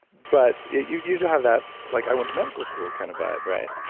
but you do have that, like i went to medical school kind of vibe, right?